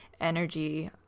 energy